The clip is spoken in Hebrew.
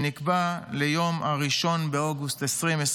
שנקבע ליום 1 באוגוסט 2024,